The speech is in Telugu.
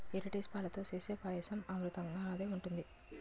ఎరిటేజు పాలతో సేసే పాయసం అమృతంనాగ ఉంటది